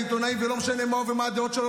עיתונאי ולא משנה מה הוא ומה הדעות שלו,